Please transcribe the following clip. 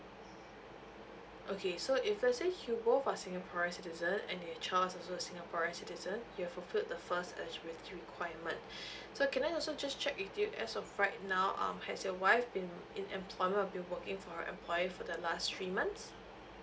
okay so if let's say you both are singaporean citizen and your child is also a singaporean citizen you've fulfilled the first eligibility requirement so can I also just check with you as of right now um has your wife been in employment or been working for her employer for the last three months